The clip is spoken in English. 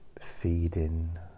feeding